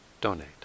donate